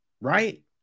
right